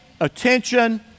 attention